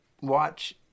watch